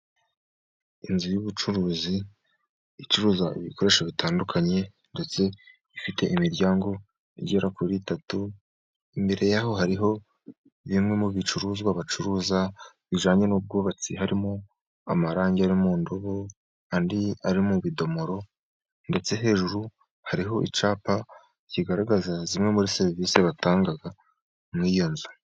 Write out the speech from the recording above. Inzu y'ubucuruzi icuruza ibikoresho bitandukanye ndetse ifite imiryango igera kuri itatu, imbere yaho hari bimwe mu bicuruzwa bacuruza bijanye n'ubwubatsi harimo: amarangi mu ndubo, andi ari mu bidomoro, ndetse hejuru hariho icyapa kigaragaza zimwe muri serivisi batangaga muri iyo nzu.